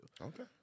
Okay